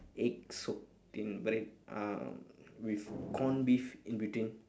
egg soaked in bread um with corned beef in between